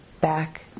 Back